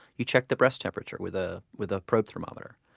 you check the breast temperature with ah with a probe thermometer.